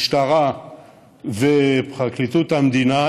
של המשטרה ופרקליטות המדינה,